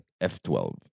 f12